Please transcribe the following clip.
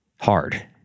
hard